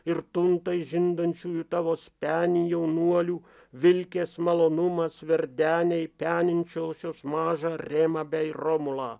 ir tuntai žindančiųjų tavo spenį jaunuolių vilkės malonumas verdenei peninčiosios mažą remą bei romulą